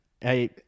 hey